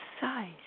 size